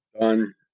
done